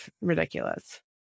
ridiculous